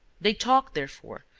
they talked, therefore,